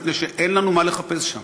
מפני שאין לנו מה לחפש שם.